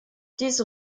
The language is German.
diese